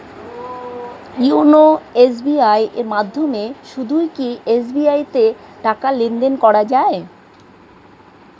YONO SBI এর মাধ্যমে শুধুই কি এস.বি.আই তে টাকা লেনদেন করা যায়?